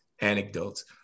anecdotes